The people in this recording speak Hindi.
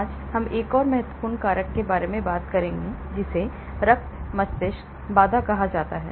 आज हम एक और महत्वपूर्ण कारक के बारे में बात करेंगे जिसे रक्त मस्तिष्क बाधा कहा जाता है